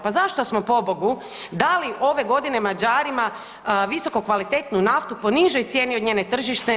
Pa zašto smo pobogu dali ove godine Mađarima visoko kvalitetnu naftu po nižoj cijeni od njene tržišne?